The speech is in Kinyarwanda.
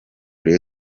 rayon